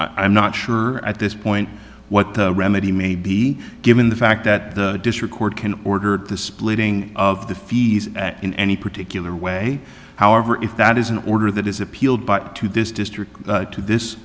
am not sure at this point what the remedy may be given the fact that the district court can order the splitting of the fees in any particular way however if that is an order that is appealed by up to this district to this